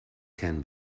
can